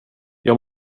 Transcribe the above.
jag